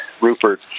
Rupert